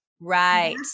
right